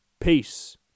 peace